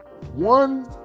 one